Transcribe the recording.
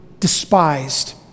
despised